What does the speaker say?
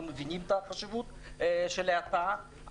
אנחנו מבינים את החשיבות של הקפאה,